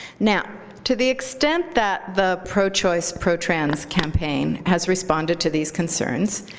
now to the extent that the pro-choice, pro-trans campaign has responded to these concerns,